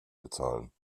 bezahlen